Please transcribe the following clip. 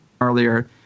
earlier